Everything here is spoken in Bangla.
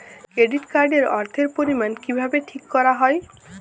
কেডিট কার্ড এর অর্থের পরিমান কিভাবে ঠিক করা হয়?